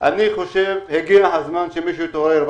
הגיע הזמן שמישהו יתעורר.